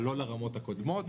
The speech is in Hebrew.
אבל לא לרמות הקודמות.